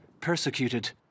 persecuted